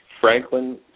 Franklin